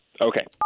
Okay